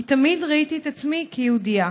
כי תמיד ראיתי את עצמי כיהודייה.